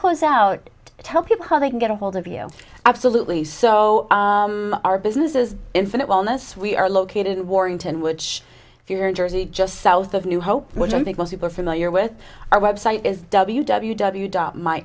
close out to tell people how they can get a hold of you absolutely so our business is infinite wellness we are located in warrington which if you're in jersey just south of new hope which i think most people are familiar with our website is w w w dot my